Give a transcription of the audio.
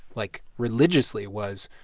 like, religiously, was,